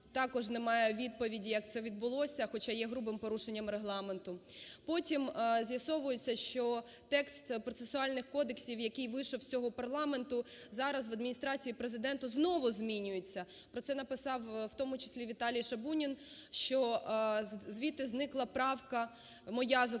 також немає відповіді, як це відбулося, хоча є грубим порушенням Регламенту. Потім з'ясовується, що текст процесуальних кодексів, який вийшов з цього парламенту, зараз в Адміністрації Президента знову змінюється. Про це написав в тому числі Віталій Шабунін, що звідти зникла правка, моя, зокрема,